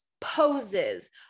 poses